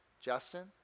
Justin